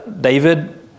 David